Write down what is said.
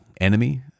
enemy